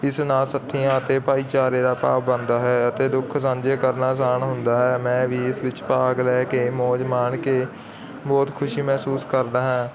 ਕਿਸ ਨਾ ਸਖੀਆਂ ਅਤੇ ਭਾਈਚਾਰੇ ਦਾ ਭਾਵ ਬਣਦਾ ਹੈ ਅਤੇ ਦੁੱਖ ਸਾਂਝੇ ਕਰਨਾ ਆਸਾਨ ਹੁੰਦਾ ਹੈ ਮੈਂ ਵੀ ਇਸ ਵਿੱਚ ਭਾਗ ਲੈ ਕੇ ਮੌਜ ਮਾਣ ਕੇ ਬਹੁਤ ਖੁਸ਼ੀ ਮਹਿਸੂਸ ਕਰਦਾ ਹਾਂ